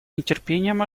нетерпением